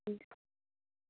हुन्छ